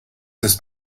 ist